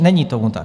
Není tomu tak.